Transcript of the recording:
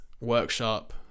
workshop